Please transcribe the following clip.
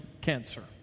cancer